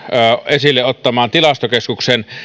esille ottamaan tilastokeskuksen